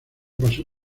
pasó